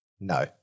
No